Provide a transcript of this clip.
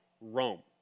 Rome